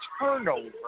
turnover